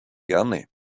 gerne